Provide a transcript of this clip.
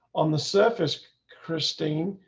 on the surface, christine.